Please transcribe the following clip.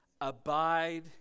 abide